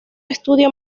estudio